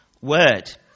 word